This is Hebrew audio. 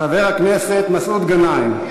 חבר הכנסת מסעוד גנאים.